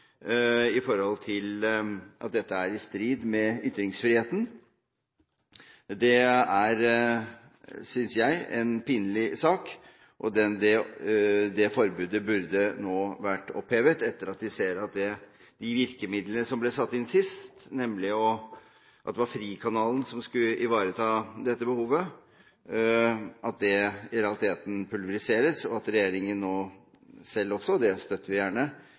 at dette er i strid med ytringsfriheten. Det er, synes jeg, en pinlig sak. Det forbudet burde vært opphevet etter at vi nå ser at de virkemidlene som ble satt inn sist – nemlig at Frikanalen skulle ivareta dette behovet – i realiteten pulveriseres, og at regjeringen nå selv også, og det støtter vi gjerne,